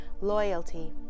loyalty